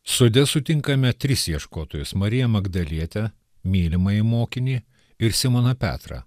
sode sutinkame tris ieškotojus mariją magdalietę mylimąjį mokinį ir simoną petrą